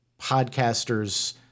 podcasters